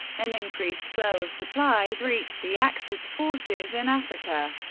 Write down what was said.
an increased flow of supplies reached the axis forces in africa.